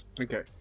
Okay